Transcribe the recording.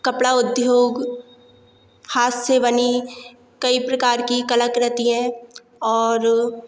कपड़ा उद्योग हाथ से बनी कई प्रकार की कलाकृति है और